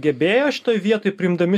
gebėjo šitoj vietoj priimdami